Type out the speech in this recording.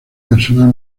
personal